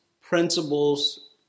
principles